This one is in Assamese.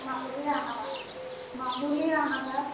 মাজুলী মাজুলী